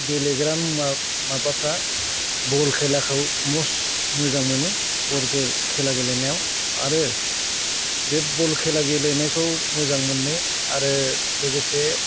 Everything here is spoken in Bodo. गेलेग्रा मुवा माबाफ्रा बल खेलाखौ म'स्ट मोजां मोनो बल खेला गेलेनायाव आरो बे बल खेला गेलेनायखौ मोजां मोनो आरो लोगोसे